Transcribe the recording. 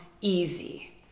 easy